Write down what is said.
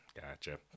gotcha